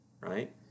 right